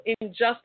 injustice